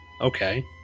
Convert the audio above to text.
okay